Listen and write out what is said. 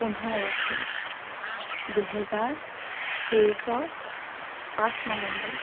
পোন্ধৰ আগষ্ট দুহেজাৰ তেইছৰ পাঁচ নৱেম্বৰ